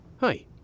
Hi